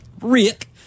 Rick